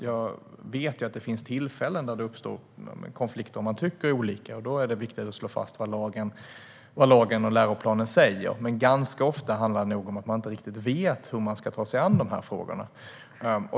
Jag vet att det finns tillfällen när det uppstår konflikter och man tycker olika, och då är det viktigt att slå fast vad lagen och läroplanen säger. Men ganska ofta handlar det nog om att man inte riktigt vet hur man ska ta sig an dessa frågor.